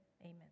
Amen